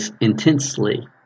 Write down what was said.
intensely